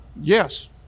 yes